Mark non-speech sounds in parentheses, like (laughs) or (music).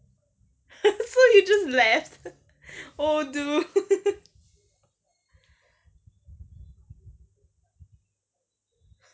(laughs) so you just left oh dude